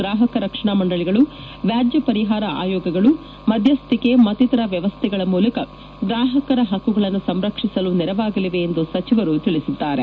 ಗ್ರಾಹಕ ರಕ್ಷಣಾ ಮಂಡಳಿಗಳು ವ್ಲಾಜ್ಞ ಪರಿಹಾರ ಆಯೋಗಗಳು ಮಧ್ಯುಕೆ ಮತ್ತಿತರ ವ್ಯವಸ್ಥೆಗಳ ಮೂಲಕ ಗ್ರಾಹಕರ ಹಕ್ಕುಗಳನ್ನು ಸಂರಕ್ಷಿಸಲು ನೆರವಾಗಲಿವೆ ಎಂದು ಸಚಿವರು ತಿಳಿಸಿದ್ದಾರೆ